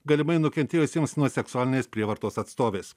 galimai nukentėjusiems nuo seksualinės prievartos atstovės